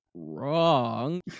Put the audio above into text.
Wrong